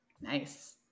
Nice